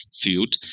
field